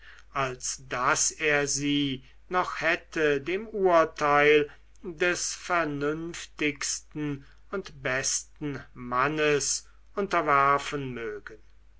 als daß er sie noch hätte dem urteil des vernünftigsten und besten mannes unterwerfen mögen